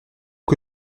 que